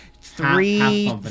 three